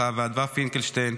ואדווה פינקלשטיין,